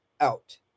Out